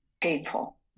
painful